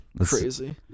crazy